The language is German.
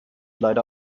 leider